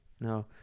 No